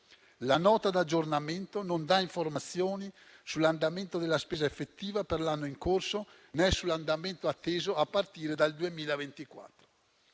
La Nota di aggiornamento non dà informazioni sull'andamento della spesa effettiva per l'anno in corso né sull'andamento atteso a partire dal 2024.